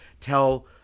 tell